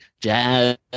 jazz